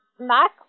Mac